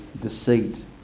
deceit